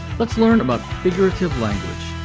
let's learn about figurative language.